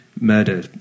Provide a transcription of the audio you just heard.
Murder